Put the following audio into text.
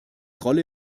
rolle